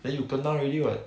then you kena already [what]